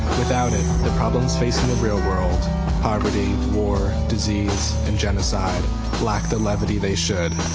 without it, the problems faced in the real world poverty, war, disease and genocide lack the levity they should.